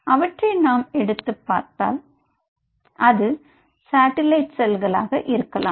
அவற்றை நாம் எடுத்துப் பார்த்தால் அது சாட்டிலைட் செல்களாக இருக்கலாம்